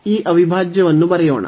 ಈ ಅವಿಭಾಜ್ಯವನ್ನು ಬರೆಯೋಣ